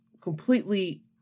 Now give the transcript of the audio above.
completely